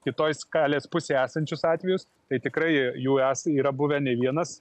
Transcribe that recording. kitoj skalės pusėj esančius atvejus tai tikrai jų esą yra buvę ne vienas